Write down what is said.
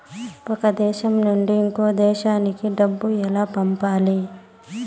ఒక దేశం నుంచి ఇంకొక దేశానికి డబ్బులు ఎలా పంపాలి?